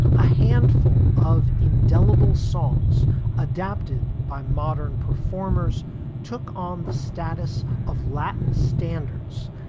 a handful of indelible songs adapted by modern performers took on the status of latin standards,